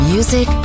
Music